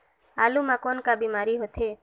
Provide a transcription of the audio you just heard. आलू म कौन का बीमारी होथे?